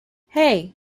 hey